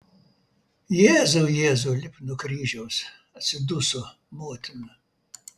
jėzau jėzau lipk nuo kryžiaus atsiduso motina